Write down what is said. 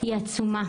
היא עצומה.